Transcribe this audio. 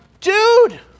dude